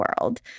world